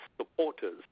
supporters